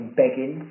begging